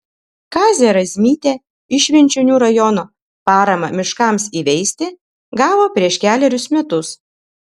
kazė razmytė iš švenčionių rajono paramą miškams įveisti gavo prieš kelerius metus